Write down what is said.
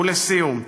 ולסיום,